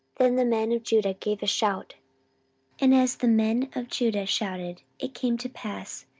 then the men of judah gave a shout and as the men of judah shouted, it came to pass,